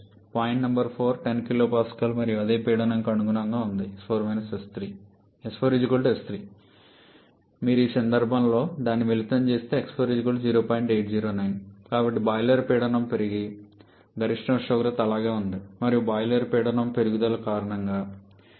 point number 4 10 kPa మరియు అదే పీడనం కి అనుగుణంగా ఉంటుంది మీరు ఈ సందర్భంలో దాన్ని మిళితం చేస్తే కాబట్టి బాయిలర్ పీడనం పెరిగిన గరిష్ట ఉష్ణోగ్రత అలాగే ఉంటుంది మరియు బాయిలర్ పీడనం పెరుగుదల కారణంగా ఈ 0